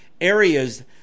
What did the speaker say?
areas